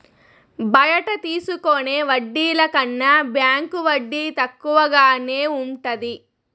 బయట తీసుకునే వడ్డీల కన్నా బ్యాంకు వడ్డీ తక్కువగానే ఉంటది